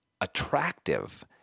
attractive